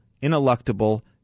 ineluctable